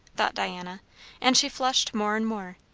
thought diana and she flushed more and more.